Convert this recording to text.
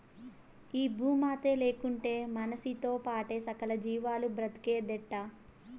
ఈ భూమాతే లేకుంటే మనిసితో పాటే సకల జీవాలు బ్రతికేదెట్టా